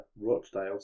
Rochdale